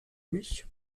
mich